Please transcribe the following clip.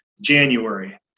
January